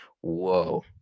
whoa